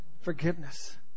forgiveness